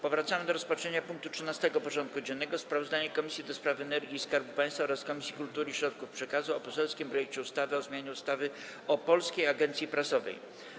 Powracamy do rozpatrzenia punktu 13. porządku dziennego: Sprawozdanie Komisji do Spraw Energii i Skarbu Państwa oraz Komisji Kultury i Środków Przekazu o poselskim projekcie ustawy o zmianie ustawy o Polskiej Agencji Prasowej.